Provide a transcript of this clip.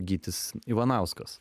gytis ivanauskas